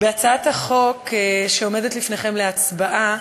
בהצעת החוק שעומדת לפניכם להצבעה,